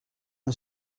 een